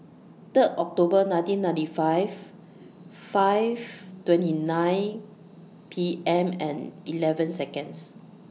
Third October nineteen ninety five five twenty nine P M and eleven Seconds